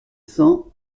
cent